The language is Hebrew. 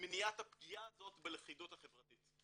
ומניעת הפגיעה הזאת בלכידות החברתית.